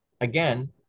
again